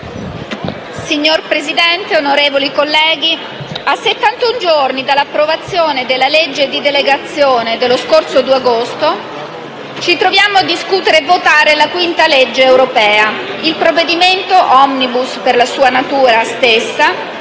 Signora Presidente, onorevoli colleghi, a settantuno giorni dall'approvazione della legge di delegazione dello scorso 2 agosto ci troviamo a discutere e votare la quinta legge europea. Il provvedimento, *omnibus* per sua stessa